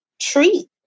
treat